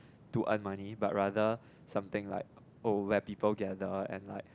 to earn money but rather something like oh where people gather and like